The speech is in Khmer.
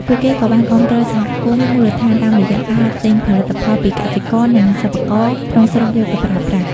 ពួកគេក៏បានគាំទ្រសហគមន៍មូលដ្ឋានតាមរយៈការទិញផលិតផលពីកសិករ និងសិប្បករក្នុងស្រុកយកទៅប្រើប្រាស់ ។